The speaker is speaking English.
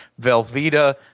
Velveeta